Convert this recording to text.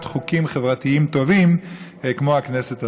חוקים חברתיים טובים כמו הכנסת הזאת.